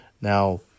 Now